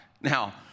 Now